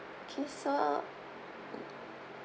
okay so